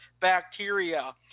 bacteria